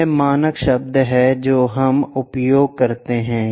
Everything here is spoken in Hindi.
यह मानक शब्द है जो हम उपयोग करते हैं